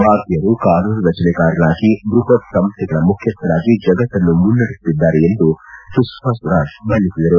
ಭಾರತೀಯರು ಕಾನೂನುರಚನೆಕಾರರಾಗಿ ಬೃಹತ್ ಸಂಸ್ಟೆಗಳ ಮುಖ್ಯಸ್ವರಾಗಿ ಜಗತ್ತನ್ನು ಮುನ್ನಡೆಸುತ್ತಿದ್ದಾರೆ ಎಂದು ಸುಷ್ನಾ ಸ್ವರಾಜ್ ಬಣ್ಣಿಸಿದರು